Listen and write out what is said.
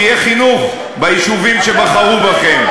שיהיה חינוך ביישובים שבחרו בכם.